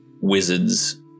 wizards